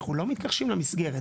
אנחנו לא מתכחשים למסגרת,